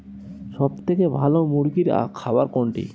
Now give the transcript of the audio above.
সবথেকে ভালো মুরগির খাবার কোনটি?